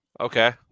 Okay